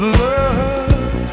love